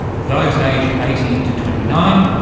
those aged eighteen to twenty nine,